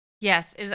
Yes